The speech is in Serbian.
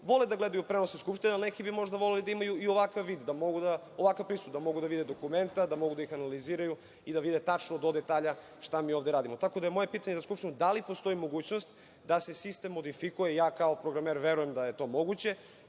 vole da gledaju prenose Skupštine, a neki bi možda voleli da imaju i ovakav pristup, da mogu da vide dokumenta, da mogu da ih analiziraju i da vide tačno do detalja šta mi ovde radimo. Moje pitanje za Skupštinu je – da li postoji mogućnost da se sistem modifikuje, ja kao programer verujem da je to moguće,